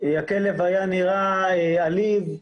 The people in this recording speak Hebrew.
שהכלב היה נראה עליז,